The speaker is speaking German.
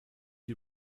die